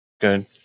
good